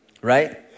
right